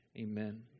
amen